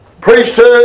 priesthood